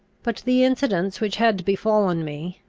but the incidents which had befallen me,